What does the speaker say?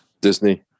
Disney